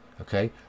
okay